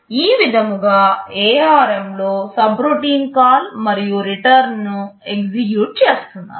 ఈ విధముగా ARM లో సబ్రోటిన్ కాల్ మరియు రిటర్న్ను ఎగ్జిక్యూట్ చేస్తున్నారు